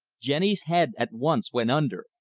jenny's head at once went under,